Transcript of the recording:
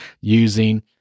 using